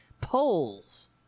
polls